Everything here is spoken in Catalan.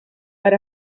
per